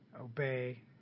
obey